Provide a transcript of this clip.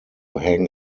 hang